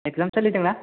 exam सोलिदों ना